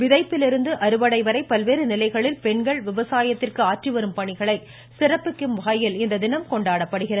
விதைப்பிலிருந்து அறுவடைவரை பல்வேறு நிலைகளில் பெண்கள் விவசாயத்திற்கு ஆற்றிவரும் பணிகளை சிறப்பிக்கும் வகையில் இத்தினம் கொண்டாடப்படுகிறது